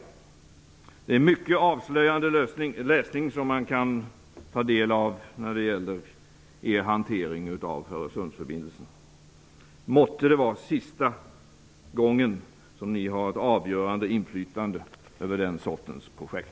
Man kan ta del av mycket avslöjande läsning när det gäller er hantering av Öresundsförbindelserna. Måtte det vara sista gången som ni har ett avgörande inflytande över den sortens projekt.